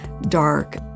dark